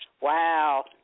Wow